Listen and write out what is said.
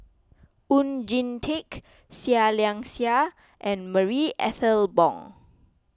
Oon Jin Teik Seah Liang Seah and Marie Ethel Bong